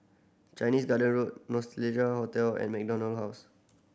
Chinese Garden Road Nostalgia Hotel and MacDonald House